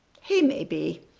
he may be.